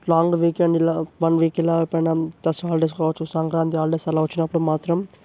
long weekend ఇలా one week ఇలా ఎప్పుడైనా దసరా హాలిడేస్ కావచ్చు సంక్రాంతి హాలిడేస్ అలా వచ్చినప్పుడు మాత్రం